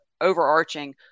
overarching